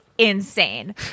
insane